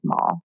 small